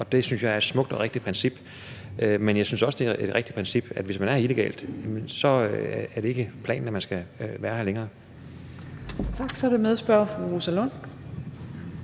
og det synes jeg er et smukt og rigtigt princip. Men jeg synes også, at det er et rigtigt princip, at hvis man er her illegalt, så er det ikke planen, at man skal være her længere. Kl. 15:42 Fjerde næstformand